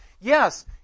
yes